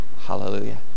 Hallelujah